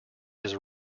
his